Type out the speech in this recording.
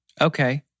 Okay